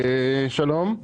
אני